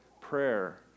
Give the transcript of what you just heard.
prayer